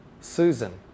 Susan